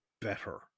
better